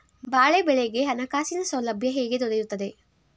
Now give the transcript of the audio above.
ಬಾಳೆ ಬೆಳೆಗೆ ಹಣಕಾಸಿನ ಸೌಲಭ್ಯ ಹೇಗೆ ದೊರೆಯುತ್ತದೆ?